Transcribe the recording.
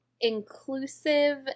inclusive